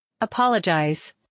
Apologize